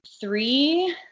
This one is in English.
three